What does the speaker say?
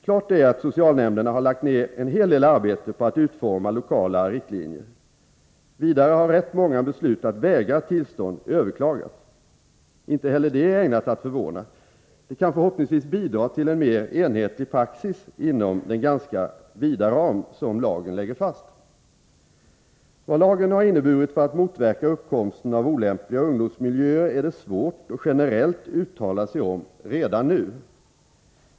Klart är att socialnämnden har lagt ned en hel del arbete på att utforma lokala riktlinjer. Vidare har rätt många beslut att vägra tillstånd överklagats. Inte heller det är ägnat att förvåna. Det kan förhoppningsvis bidra till en mer enhetlig praxis inom den ganska vida ram som lagen lägger fast. Vad lagen har inneburit för att motverka uppkomsten av olämpliga ungdomsmiljöer är det svårt att generellt uttala sig om redan nu.